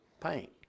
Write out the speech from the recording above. paint